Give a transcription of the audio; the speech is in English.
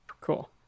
Cool